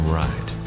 right